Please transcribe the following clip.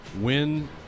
win